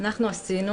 אנחנו עשינו